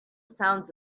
sounds